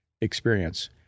experience